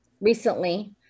recently